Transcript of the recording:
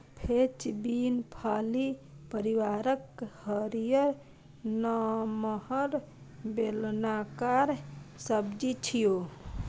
French bean फली परिवारक हरियर, नमहर, बेलनाकार सब्जी छियै